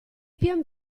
pian